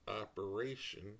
operation